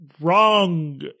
wrong